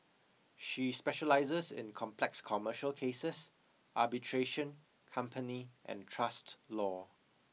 she specialises in complex commercial cases arbitration company and trust law